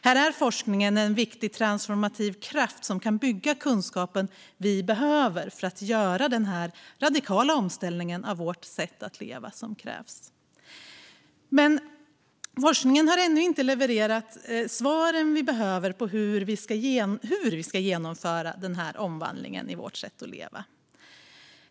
Här är forskningen en viktig transformativ kraft som kan bygga kunskapen vi behöver för att göra den radikala omställning av vårt sätt att leva som krävs. Men forskningen har ännu inte levererat svaren vi behöver på hur vi ska genomföra den här omställningen i vårt sätt att leva.